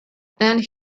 and